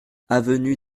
avenue